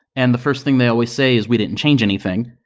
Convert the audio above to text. and the first thing they always say is we didn't change anything,